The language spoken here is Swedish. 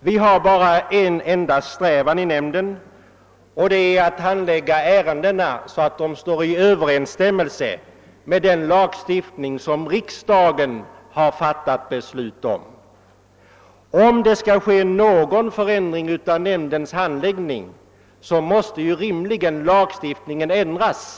Vi har bara en enda strävan i nämnden, nämligen att handlägga ärendena i överensstämmelse med den lagstiftning som riksdagen har fattat beslut om. Om det skall ske någon förändring av nämndens handläggning, måste rimligen lagstiftningen ändras.